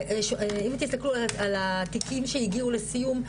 אם תסתכלו על התיקים שהגיעו לסיום,